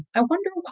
i wonder